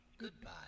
Goodbye